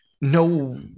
no